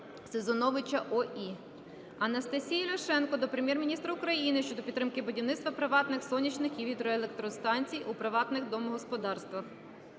Сизоновича О.І. Анастасії Ляшенко до Прем'єр-міністра України щодо підтримки будівництва приватних сонячних і вітроелектростанцій у приватних домогосподарствах.